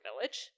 village